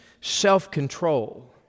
self-control